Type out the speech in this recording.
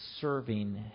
serving